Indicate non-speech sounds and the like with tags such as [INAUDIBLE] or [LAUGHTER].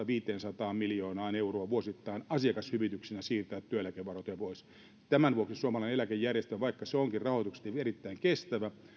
[UNINTELLIGIBLE] viisisataa miljoonaa euroa vuosittain asiakashyvityksinä työeläkevarantoja pois tämän vuoksi suomalainen eläkejärjestelmä vaikka se onkin rahoituksellisesti erittäin kestävä